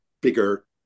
bigger